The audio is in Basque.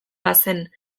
bazen